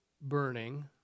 burning